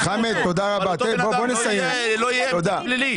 אבל אותו אדם לא יהיה פלילי.